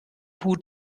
hut